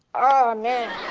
oh, man!